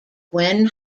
gwen